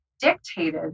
dictated